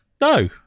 No